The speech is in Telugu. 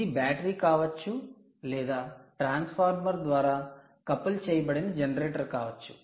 ఇది బ్యాటరీ కావచ్చు లేదా ట్రాన్స్ఫార్మర్ ద్వారా కపుల్ చేయబడిన జనరేటర్ కావచ్చు